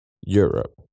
Europe